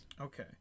okay